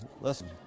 Listen